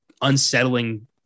unsettling